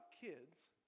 kids